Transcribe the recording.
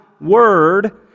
Word